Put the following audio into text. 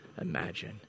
imagine